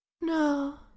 No